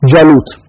Jalut